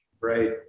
Right